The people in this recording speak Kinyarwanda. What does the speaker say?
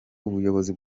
ubuyobozi